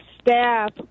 staff